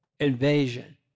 invasion